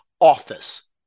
office